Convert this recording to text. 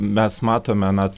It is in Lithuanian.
mes matome na